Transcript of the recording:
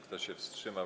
Kto się wstrzymał?